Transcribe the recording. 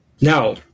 Now